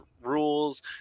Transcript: rules